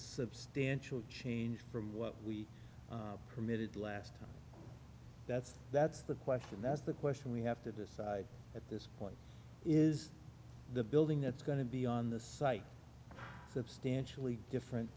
substantial change from what we permitted last time that's that's the question that's the question we have to decide at this point is the building that's going to be on the site substantially different